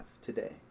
today